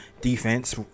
defense